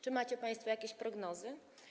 Czy macie państwo jakieś prognozy?